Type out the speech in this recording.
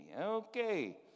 Okay